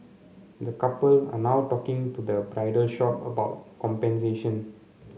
the couple are now talking to the bridal shop about compensation